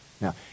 Now